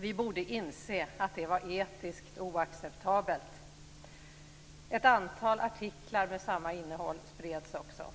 Vi borde inse att det var etiskt oacceptabelt. Ett antal artiklar med samma innehålls spreds också.